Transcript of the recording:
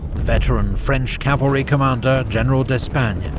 veteran french cavalry commander, general d'espagne,